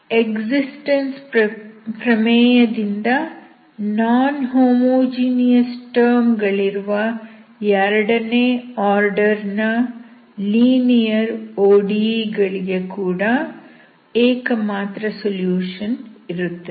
existence ಪ್ರಮೇಯ ದಿಂದ non homogeneous term ಗಳಿರುವ ಎರಡನೇ ಆರ್ಡರ್ ನ ಲೀನಿಯರ್ ODE ಗಳಿಗೆ ಕೂಡ ಏಕಮಾತ್ರ ಸೊಲ್ಯೂಷನ್ ಇರುತ್ತದೆ